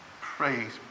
Praise